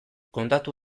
kontatu